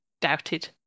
doubted